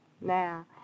Now